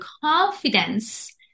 confidence